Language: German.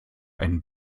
einen